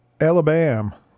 Alabama